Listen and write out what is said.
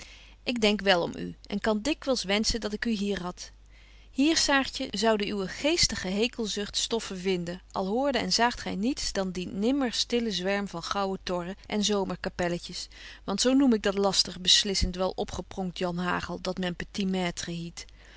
ik denk wel om u en kan dikwyls wenschen dat ik u hier had hier saartje zoude uwe geestige hekelzucht stoffe vinden al hoorde en zaagt gy niets dan dien nimmer stillen zwerm van gouwe torren en zomerkapelletjes want zo noem ik dat lastig beslissend welopgepronkt jan hagel dat